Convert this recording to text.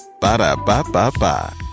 Ba-da-ba-ba-ba